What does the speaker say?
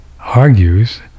argues